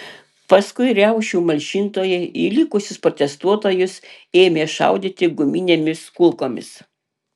paskui riaušių malšintojai į likusius protestuotojus ėmė šaudyti guminėmis kulkomis